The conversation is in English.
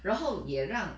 然后也让